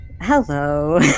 Hello